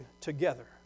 together